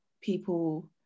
people